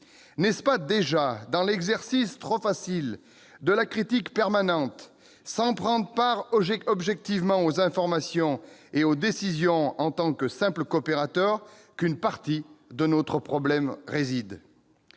N'est-ce pas déjà dans l'exercice trop facile de la critique permanente, sans prendre part objectivement aux informations et aux décisions en tant que simple coopérateur qu'une partie de notre problème réside ?